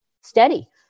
steady